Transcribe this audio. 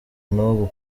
n’ubu